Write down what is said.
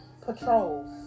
patrols